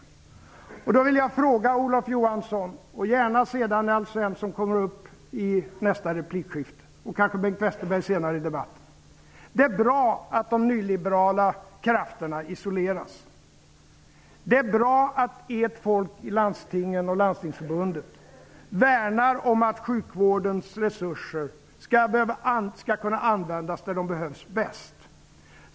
Jag vill ställa en fråga till Olof Johansson -- och den riktar jag även till Alf Svensson och kanske också till Bengt Westerberg senare i debatten. Det är bra att de nyliberala krafterna isoleras. Det är bra att ert folk i landstingen och Landstingsförbundet värnar om att resurserna används där de bäst behövs.